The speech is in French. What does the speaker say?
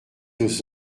aux